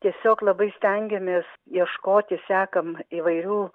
tiesiog labai stengiamės ieškoti sekam įvairių